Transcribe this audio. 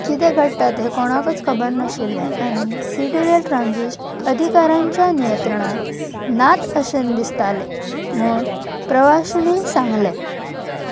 किदें घडटा तें कोणाकूच खबर नाशिल्लें आनी सिटीरल ट्रांझिस्ट अधिकाांच्या नियंत्रणांत नात अशेंन दिसताले म्हूण प्रवाशणीय सांगलें